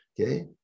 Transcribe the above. okay